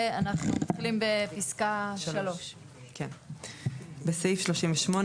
ואנחנו מתחילים בפסקה 3. (3)בסעיף 38,